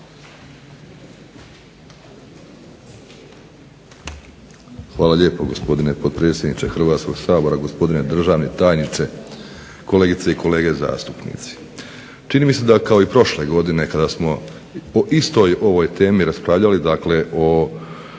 Hvala lijepo, gospodine potpredsjedniče Hrvatskoga sabora. Gospodine državni tajniče, kolegice i kolege zastupnici. Čini mi se da kao i prošle godine kada smo o istoj ovoj temi raspravljali, dakle o